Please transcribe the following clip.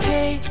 Hey